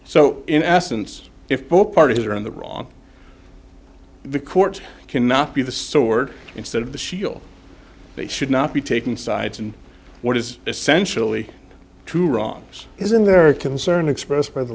so in essence if both parties are in the wrong the courts cannot be the sword instead of the shield they should not be taking sides and what is essentially two wrongs isn't there a concern expressed by the